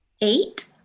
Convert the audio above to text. eight